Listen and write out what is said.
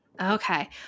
Okay